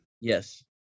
Yes